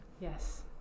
Yes